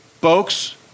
folks